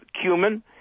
Cumin